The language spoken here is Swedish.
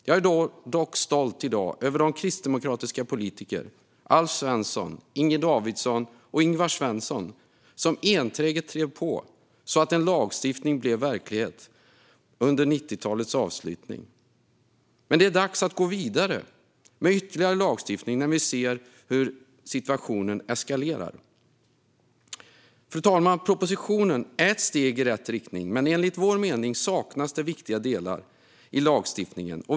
Jag är i dag stolt över de kristdemokratiska politiker, Alf Svensson, Inger Davidson och Ingvar Svensson, som enträget drev på, så att en lagstiftning blev verklighet under 90-talets avslutning. Men det är dags att gå vidare med ytterligare lagstiftning när vi ser hur situationen eskalerar. Fru talman! Propositionen är ett steg i rätt riktning, men enligt vår mening saknas det viktiga delar i lagstiftningen.